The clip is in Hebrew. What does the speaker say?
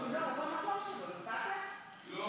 לא.